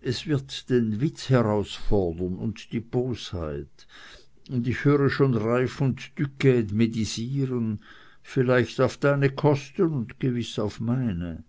es wird den witz herausfordern und die bosheit und ich höre schon reiff und duquede medisieren vielleicht auf deine kosten und gewiß auf meine